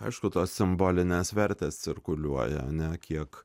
aišku tos simbolinės vertės cirkuliuoja ne kiek